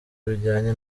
bijyanye